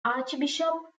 archbishop